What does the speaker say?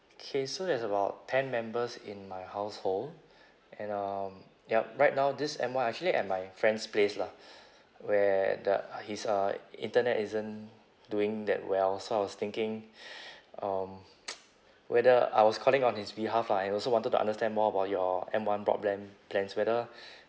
K so there's about ten members in my household and um yup right now this M one actually at my friend's place lah where the uh his uh internet isn't doing that well so I was thinking um whether I was calling on his behalf lah and also wanted to understand more about your M one broadband plans whether